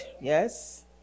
Yes